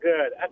Good